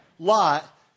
Lot